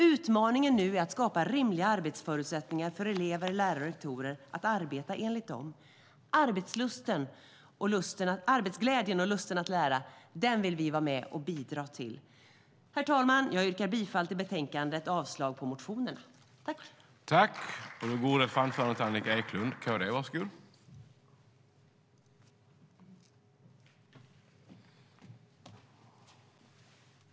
Utmaningen är nu att skapa rimliga förutsättningar för elever, lärare och rektorer att arbeta enligt dem. Arbetsglädjen och lusten att lära vill vi vara med och bidra till. Herr talman! Jag yrkar bifall till förslaget i betänkandet och avslag på motionerna. I detta anförande instämde Michael Svensson och Annika Eclund .